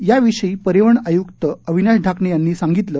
या विषयी परिवहन आयुक्त अविनाश ढाकणे यांनी सांगितलं